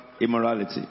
immorality